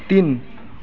तिन